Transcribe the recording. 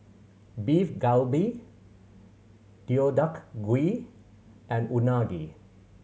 Beef Galbi Deodeok Gui and Unagi